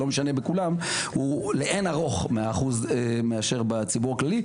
הוא לאין ערוך גדול יותר מאשר בציבור הכללי,